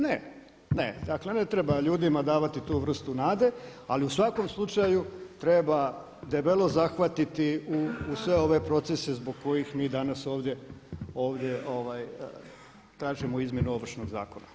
Ne, ne dakle ne treba ljudima davati tu vrstu nade ali u svakom slučaju treba debelo zahvatiti u sve ove procese zbog kojih mi danas ovdje tražimo izmjenu Ovršnog zakona.